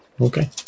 Okay